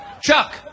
Chuck